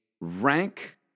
rank